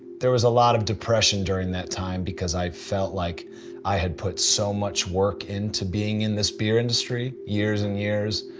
there was a lot of depression during that time, because i felt like i had put so much work into being in this beer industry, years and years,